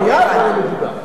ועדת חוץ וביטחון.